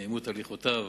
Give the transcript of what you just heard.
בנעימות הליכותיו.